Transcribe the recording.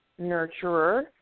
nurturer